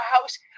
house